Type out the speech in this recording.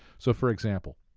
so, for example,